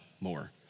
more